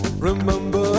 Remember